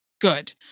good